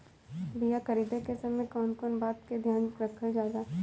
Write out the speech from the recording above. बीया खरीदे के समय कौन कौन बात के ध्यान रखल जाला?